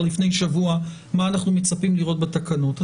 לפני שבוע מה אנחנו מצפים לראות בתקנות.